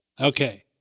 okay